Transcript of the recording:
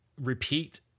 repeat